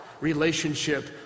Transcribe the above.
relationship